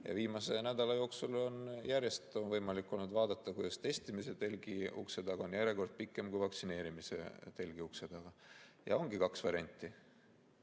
Viimase nädala jooksul on järjest olnud võimalik vaadata, kuidas testimise telgi ukse taga on järjekord pikem kui vaktsineerimise telgi ukse taga. Meil ongi kaks varianti: